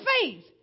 faith